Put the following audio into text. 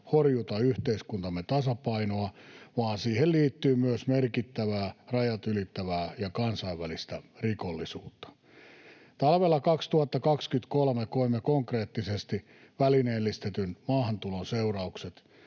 horjuta yhteiskuntamme tasapainoa, vaan siihen liittyy myös merkittävää rajat ylittävää ja kansainvälistä rikollisuutta. Talvella 2023 koimme konkreettisesti välineellistetyn maahantulon seuraukset.